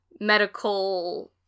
medical